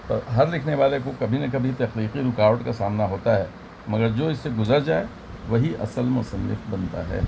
ہر لکھنے والے کو کبھی نہ کبھی تخلیقی رکاوٹ کا سامنا ہوتا ہے مگر جو اس سے گزر جائے وہی اصل مصنف بنتا ہے